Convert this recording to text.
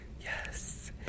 Yes